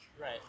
Right